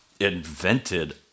invented